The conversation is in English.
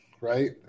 right